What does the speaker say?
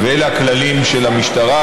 אלה הכללים של המשטרה,